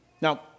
Now